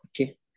Okay